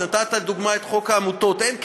נתת לדוגמה את חוק העמותות.